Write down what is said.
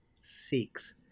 six